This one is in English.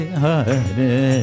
Hare